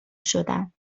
شدم